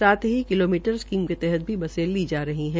साथ ही kilometre scheme के तहत भी बसें ली जा रही हैं